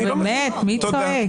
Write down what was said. נו, באמת, מי צועק?